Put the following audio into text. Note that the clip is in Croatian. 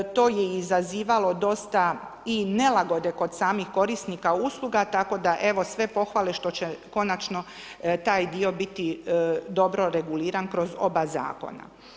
To je izazivalo dosta i nelagode kod samih korisnika usluga, tako da, evo, sve pohvale što će konačno taj dio biti dobro reguliran kroz oba zakona.